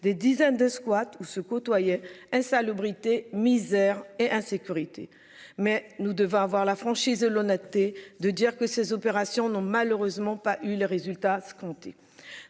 des dizaines de squat où se côtoyaient insalubrité misère et insécurité mais nous devons avoir la franchise, l'honnêteté de dire que ces opérations n'ont malheureusement pas eu les résultats se